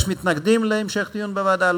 יש מתנגדים להמשך דיון בוועדה?